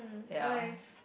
ya